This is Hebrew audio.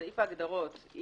בסעיף ההגדרות,